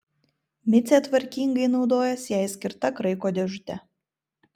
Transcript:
micė tvarkingai naudojasi jai skirta kraiko dėžute